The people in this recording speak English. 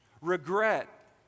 regret